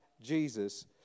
Jesus